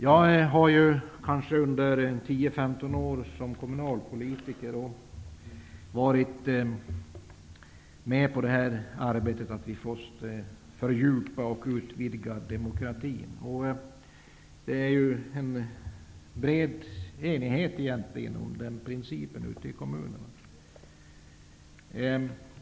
Jag har under 10--15 år som kommunalpolitiker varit med om att arbeta för att demokratin skall fördjupas och utvidgas. Det finns en bred enighet om den principen ute i kommunerna.